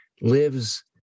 lives